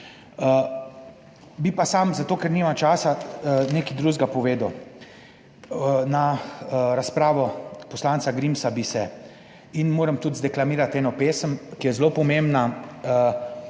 Bi pa samo zato, ker nimam časa nekaj drugega povedal, na razpravo poslanca Grimsa bi se in moram tudi z deklamirati eno pesem, ki je zelo pomembna